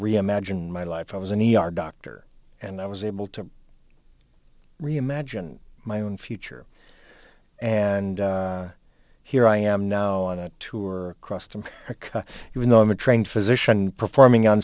reimagine my life i was an e r doctor and i was able to reimagine my own future and here i am now on a tour across them even though i'm a trained physician performing on